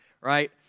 right